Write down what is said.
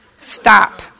Stop